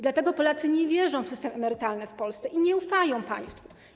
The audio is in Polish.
Dlatego Polacy nie wierzą w system emerytalny w Polsce i nie ufają państwu.